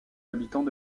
habitants